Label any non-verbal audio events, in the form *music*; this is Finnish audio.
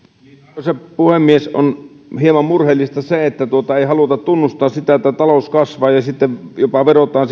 arvoisa puhemies on hieman murheellista se että ei haluta tunnustaa sitä että talous kasvaa ja sitten jopa vedotaan *unintelligible*